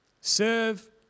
serve